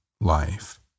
life